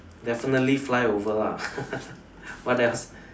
definitely fly over lah what else